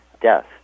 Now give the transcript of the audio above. death